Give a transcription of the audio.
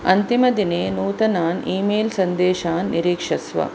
अन्तिमदिने नूतनान् ईमेल् सन्देशान् निरीक्षस्व